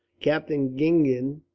captain gingen,